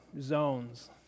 zones